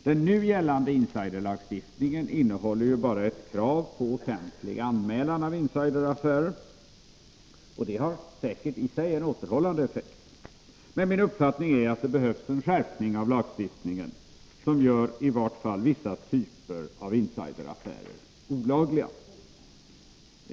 Den nu gällande ”insiderlagstiftningen” innehåller ju bara ett krav på offentlig anmälan av insideraffärer — och det har säkert i sig en återhållande effekt — men min uppfattning är att det behövs en skärpning av lagstiftningen, som gör i vart fall vissa typer av insideraffärer olagliga.